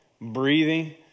breathing